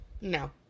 No